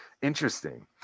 Interesting